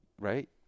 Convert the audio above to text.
Right